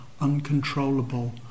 uncontrollable